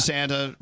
Santa